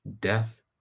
Death